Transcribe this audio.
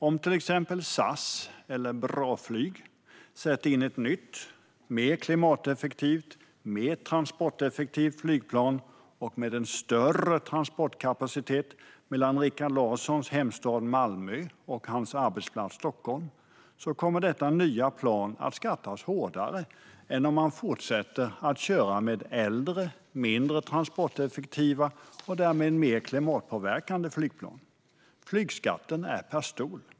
Om till exempel SAS eller Flygbolaget BRA sätter in ett nytt, mer klimateffektivt, mer transporteffektivt flygplan med en större transportkapacitet mellan Rikard Larssons hemstad Malmö och hans arbetsplats Stockholm kommer detta nya plan att skattas hårdare än om man fortsätter att köra med äldre, mindre transporteffektiva och därmed mer klimatpåverkande flygplan. Flygskatten är per stol.